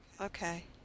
Okay